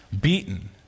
beaten